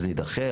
שזה יידחה.